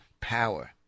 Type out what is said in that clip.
power